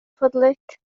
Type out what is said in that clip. فضلك